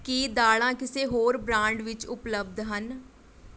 ਕੀ ਦਾਲਾਂ ਕਿਸੇ ਹੋਰ ਬ੍ਰਾਂਡ ਵਿੱਚ ਉਪਲਬਧ ਹਨ